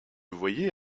voyez